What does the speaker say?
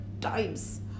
times